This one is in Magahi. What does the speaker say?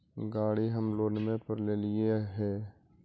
गाड़ी हम लोनवे पर लेलिऐ हे?